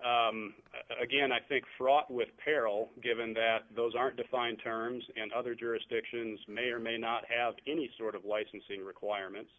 reading again i think fraught with peril given that those aren't defined terms and other jurisdictions may or may not have any sort of licensing requirements